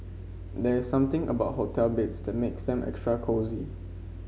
there's something about hotel beds that makes them extra cosy